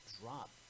drop